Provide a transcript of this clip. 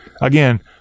again